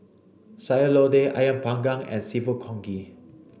Sayur Lodeh Ayam panggang and seafood Congee